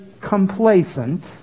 complacent